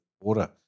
water